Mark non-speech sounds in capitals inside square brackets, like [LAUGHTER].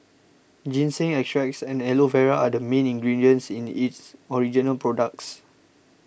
ginseng extracts and Aloe Vera are the main ingredients in its [NOISE] original products